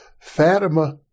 Fatima